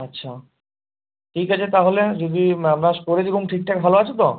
আচ্ছা ঠিক আছে তাহলে যদি আপনার শরীর এবং ঠিকঠাক ভালো আছে তো